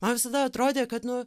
man visada atrodė kad nu